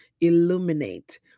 illuminate